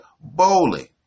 bowling